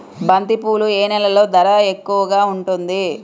బంతిపూలు ఏ నెలలో ధర ఎక్కువగా ఉంటుంది?